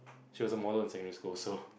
she was a model in secondary school so